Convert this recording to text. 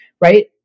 right